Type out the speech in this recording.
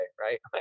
right